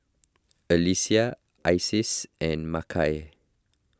Alecia Isis and Makai